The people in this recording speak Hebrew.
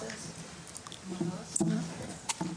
(הצגת מצגת)